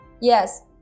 Yes